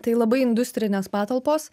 tai labai industrinės patalpos